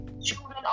Children